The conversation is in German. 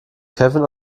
kevin